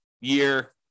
year